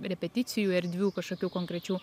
repeticijų erdvių kažkokių konkrečių